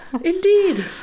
Indeed